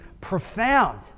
profound